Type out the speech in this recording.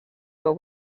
were